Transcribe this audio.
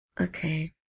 Okay